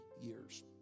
years